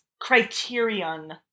criterion